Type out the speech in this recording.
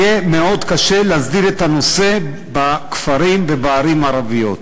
יהיה מאוד קשה להסדיר את הנושא בכפרים ובערים הערביים.